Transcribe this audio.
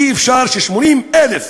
אי-אפשר ש-80,000